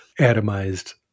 atomized